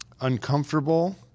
uncomfortable